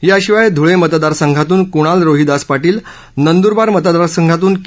याशिवाय धुळे मतदारसंघातून कुणाल रोहिदास पारील नंदुरबार मतदारसंघातून के